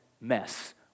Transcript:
mess